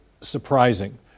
surprising